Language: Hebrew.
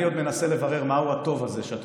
אני עוד מנסה לברר מהו הטוב הזה שאת